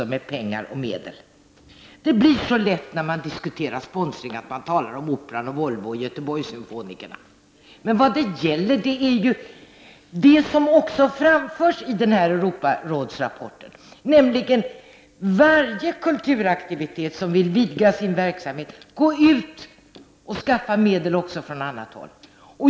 När man talar om sponsring blir det så lätt så, att det kommer att handla om Operan, Volvo och Göteborgssymfonikerna. Men vad det gäller är — vilket också framförs i Europarådsrapporten — att varje kulturaktivitet som vill vidga sin verksamhet måste gå ut och skaffa medel också från annat håll.